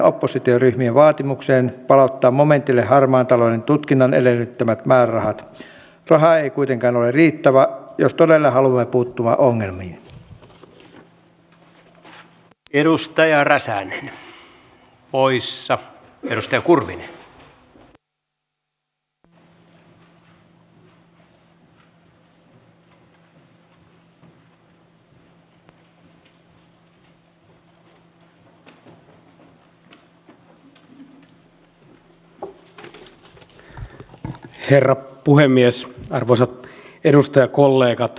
ymmärrän inhimillisestä lähtökohdasta sen että jos ollaan samaa kansallisuutta hakeudutaan samaan paikkaan luulen että jos mekin olisimme jossakin muuallapäin maailmaa niin mekin toimisimme mutta silti ajattelen että pitää hakea ehkä jonkinlaisia keinoja joilla pystytään tasaamaan sitä että pelkästään suuret kaupungit eivät ole niitä joihinka tulee sitten maahanmuuttajia enemmän